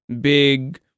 big